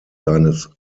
seines